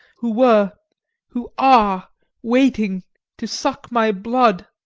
who were who are waiting to suck my blood.